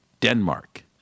Denmark